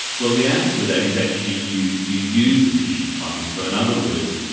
well, the answer to that is actually you you use the tissue typing. so in other words,